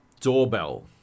doorbell